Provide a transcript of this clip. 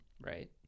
Right